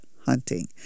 hunting